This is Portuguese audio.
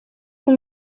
com